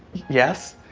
yes,